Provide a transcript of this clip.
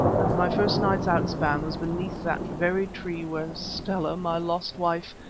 and my first night's outspan was beneath that very tree where stella, my lost wife,